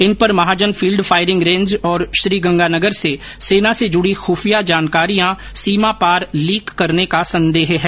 इन पर Mahajan field firing range और श्रीगंगानगर से सेना से जुडी खुफिया जानकारियां सीमा पार लीक करने का संदेह है